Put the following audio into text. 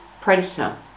predator